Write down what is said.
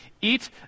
eat